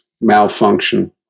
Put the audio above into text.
malfunction